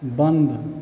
बन्द